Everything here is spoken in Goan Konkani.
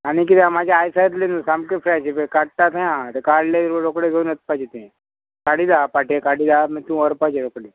आनी किदें आसा म्हाजे आयसातलें न्हू सामकें फ्रेश इबय काडटा थंय आसा काडलें रोकडें घेवन वचपाचें तुयें काडीत आहा पाटे काडीत आहा जाल्यार तूं व्हरपाचें रोकडें